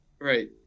Right